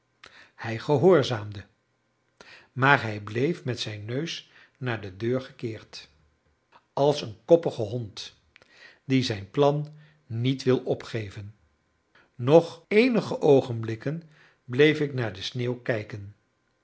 hij gehoorzaamde maar hij bleef met zijn neus naar de deur gekeerd als een koppige hond die zijn plan niet wil opgeven nog eenige oogenblikken bleef ik naar de sneeuw kijken